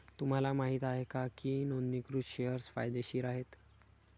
तुम्हाला माहित आहे का की नोंदणीकृत शेअर्स फायदेशीर आहेत?